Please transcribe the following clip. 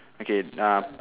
okay nah